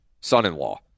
son-in-law